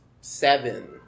seven